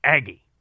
Aggie